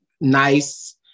nice